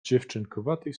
dziewczynkowatej